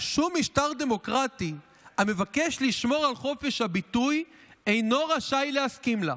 "שום משטר דמוקרטי המבקש לשמור על חופש הביטוי אינו רשאי להסכים לה.